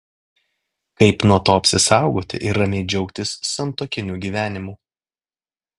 kaip nuo to apsisaugoti ir ramiai džiaugtis santuokiniu gyvenimu